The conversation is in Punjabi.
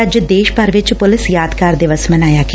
ਅੱਜ ਦੇਸ਼ ਭਰ ਵਿਚ ਪੁਲਿਸ ਯਾਦਗਾਰ ਦਿਵਸ ਮਨਾਇਆ ਗਿਆ